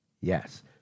Yes